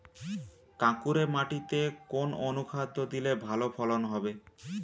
কাঁকুরে মাটিতে কোন অনুখাদ্য দিলে ভালো ফলন হবে?